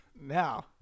Now